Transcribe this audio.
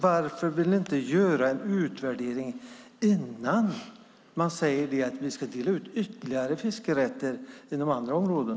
Varför vill ni inte göra utvärdering innan man säger att vi ska dela ut ytterligare fiskerätter inom andra områden?